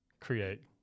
create